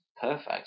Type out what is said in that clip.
perfect